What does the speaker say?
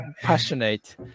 passionate